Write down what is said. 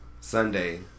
Sunday